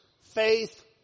Faith